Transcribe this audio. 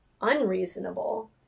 unreasonable